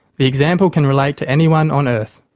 the example can relate to anyone on earth.